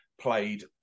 played